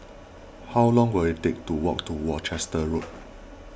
how long will it take to walk to Worcester Road